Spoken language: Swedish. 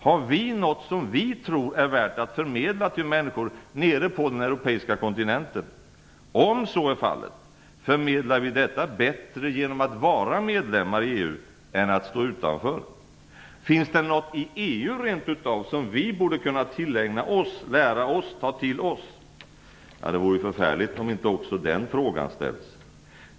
Har vi något som vi tror är värt att förmedla till människor nere på den europeiska kontinenten? Om så är fallet, förmedlar vi detta bättre genom att vara medlemmar i EU än att stå utanför? Finns det rent utav något i EU som vi borde kunna tillägna oss, lära oss, ta till oss? Det vore ju förfärligt om inte också den frågan ställdes.